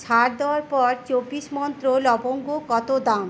ছাড় দেওয়ার পরে চব্বিশ মন্ত্র লবঙ্গর কত দাম